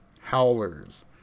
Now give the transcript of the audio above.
howlers